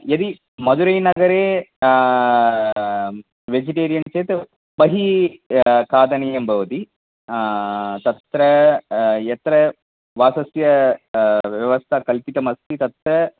यदि मधुरै नगरे वेजिटेरियन् चेत् बहिः खादनीयं भवति तत्र यत्र वासस्य व्यवस्था कल्पितमस्ति तत्र